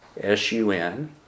S-U-N